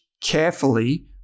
carefully